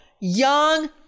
young